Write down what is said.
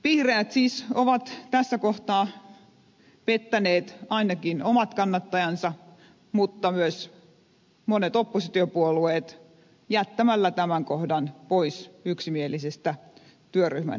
vihreät siis ovat tässä kohtaa pettäneet ainakin omat kannattajansa mutta myös monet oppositiopuolueet jättämällä tämän kohdan pois yksimielisestä työryhmän esityksestä